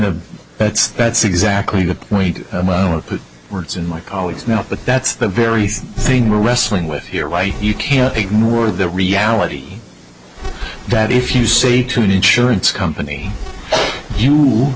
of that's that's exactly the point put words in my colleague's now but that's the very thing we're wrestling with here why you can't ignore the reality that if you say to me in surance company you